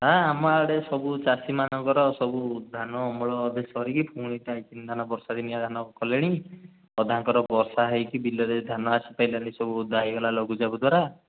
ହାଁ ଆମ ଆଡ଼େ ସବୁ ଚାଷୀମାନଙ୍କର ସବୁ ଧାନ ଅମଳ ଏବେ ସରିକି ଫୁଣି ଟାଇଚିନ୍ ଧାନ ବର୍ଷା ଦିନିଆଁ ଧାନ କଲେଣି ଅଧାଙ୍କର ବର୍ଷା ହେଇକି ବିଲରେ ଧାନ ଆସି ପାରିଲାନି ସବୁ ଓଦା ହେଇଗଲା ଲଘୁଚାପ ଦ୍ୱାରା